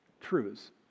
truths